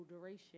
duration